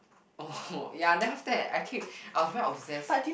oh ya then after that I keep I was very obsessed